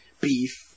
beef